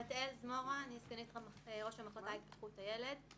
בתאל זמורה, אני סגנית ראש המחלקה להתפתחות הילד.